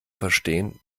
verstehen